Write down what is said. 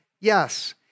yes